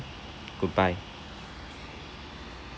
goodbye